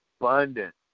abundant